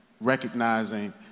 recognizing